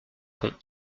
pont